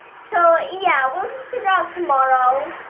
so yeah, we'll just figure out tomorrow,